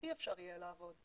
אי אפשר יהיה לעבוד.